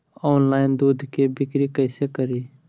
Online दुध के बिक्री कैसे करि?